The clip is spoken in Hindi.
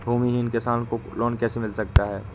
भूमिहीन किसान को लोन कैसे मिल सकता है?